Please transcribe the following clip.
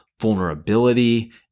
vulnerability